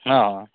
ହଁ ହଁ